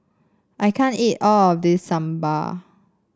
I can't eat all of this Sambar